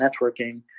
networking